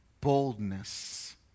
boldness